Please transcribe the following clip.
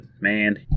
man